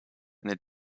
and